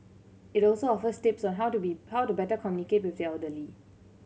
it also offers tips on how to be how to better communicate with the elderly